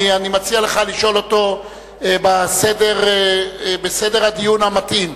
אני מציע לך לשאול אותו בסדר הדיון המתאים.